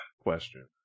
question